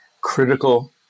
critical